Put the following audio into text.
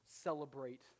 Celebrate